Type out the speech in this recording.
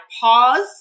pause